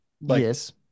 Yes